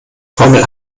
formel